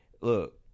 Look